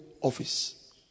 office